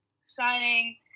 signing